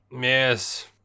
Yes